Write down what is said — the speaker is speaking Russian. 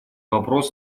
вопрос